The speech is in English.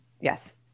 Yes